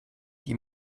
die